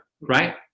right